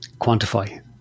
quantify